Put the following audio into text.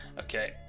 Okay